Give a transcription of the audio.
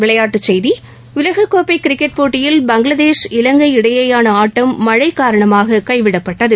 விளையாட்டுச் செய்திகள் உலககோப்பை கிரிக்கெட் போட்டியில் பங்களாதேஷ் இலங்கை இடையேயான ஆட்டம் மழை காரணமாக கைவிடப்பட்டது